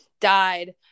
died